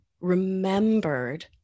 remembered